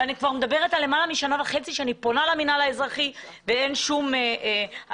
ואני מדברת על למעלה משנה וחצי שאני פונה למינהל האזרחי ואין שום עשייה.